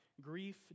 grief